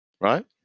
Right